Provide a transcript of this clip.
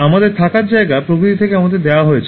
আমাদের থাকার জায়গা প্রকৃতি থেকে আমাদের দেওয়া হয়েছে